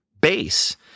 base